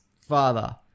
father